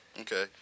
Okay